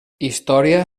història